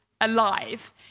alive